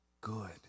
good